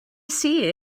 see